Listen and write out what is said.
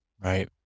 Right